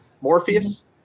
Morpheus